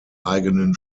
eigenen